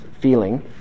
feeling